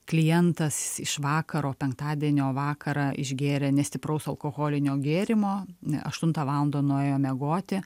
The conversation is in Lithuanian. klientas iš vakaro penktadienio vakarą išgėrė nestipraus alkoholinio gėrimo aštuntą valandą nuėjo miegoti